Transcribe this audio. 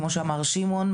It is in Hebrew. כמו שאמר שמעון,